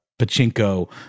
pachinko